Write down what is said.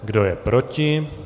Kdo je proti?